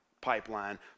pipeline